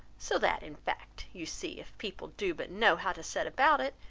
so that, in fact, you see, if people do but know how to set about it,